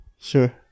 Sure